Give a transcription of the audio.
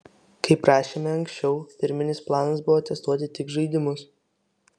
kaip rašėme anksčiau pirminis planas buvo testuoti tik žaidimus